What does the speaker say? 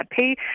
pay